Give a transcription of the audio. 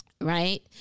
Right